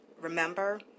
Remember